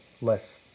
less